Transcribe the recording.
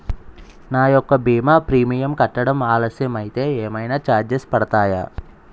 నా యెక్క భీమా ప్రీమియం కట్టడం ఆలస్యం అయితే ఏమైనా చార్జెస్ పడతాయా?